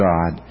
God